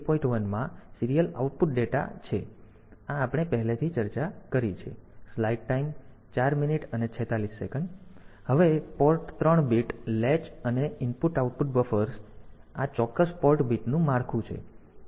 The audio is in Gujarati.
1 સીરીયલ આઉટપુટ ડેટા છે તેથી આ આપણે પહેલાથી જ ચર્ચા કરી છે હવે પોર્ટ 3 બીટ લૅચ અને IO બફર્સ તેથી આ ચોક્કસ પોર્ટ બીટનું માળખું છે